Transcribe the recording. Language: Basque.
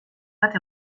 bat